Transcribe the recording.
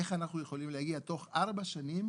איך אנחנו יכולים להגיע בתוך ארבע שנים,